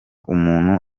umuntu